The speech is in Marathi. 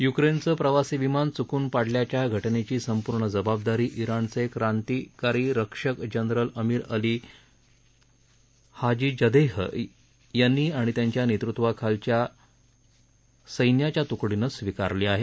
युक्रेनचं प्रवासी विमान चुकून पाडल्याच्या घटनेची संपूर्ण जबाबदारी जिणचे क्रांतिकारी रक्षक जनरल अमिर अली हाजीजदेह यांनी आणि त्यांच्या नेतृत्वाखालच्या सैन्याच्या तुकडीनं स्वीकारली आहे